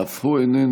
אף הוא איננו.